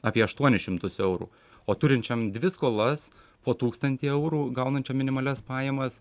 apie aštuonis šimtus eurų o turinčiam dvi skolas po tūkstantį eurų gaunančiam minimalias pajamas